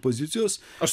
pozicijos aš